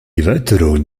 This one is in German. erweiterung